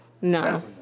no